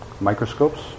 microscopes